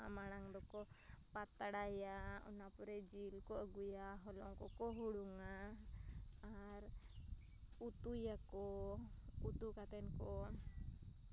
ᱢᱟᱲᱟᱝ ᱫᱚᱠᱚ ᱯᱟᱛᱲᱟᱭᱟ ᱚᱱᱟ ᱯᱚᱨᱮ ᱡᱤᱞ ᱠᱚ ᱟᱹᱜᱩᱭᱟ ᱦᱚᱞᱚᱝ ᱠᱚᱠᱚ ᱦᱩᱲᱩᱝᱟ ᱟᱨ ᱩᱛᱩᱭᱟᱠᱚ ᱩᱛᱩ ᱠᱟᱛᱮᱫ ᱠᱚ